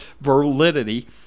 validity